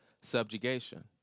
subjugation